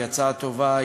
היא הצעה טובה,